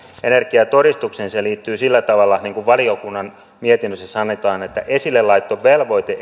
energiatodistukseen se liittyy sillä tavalla niin kuin valiokunnan mietinnössä sanotaan että esillelaittovelvoite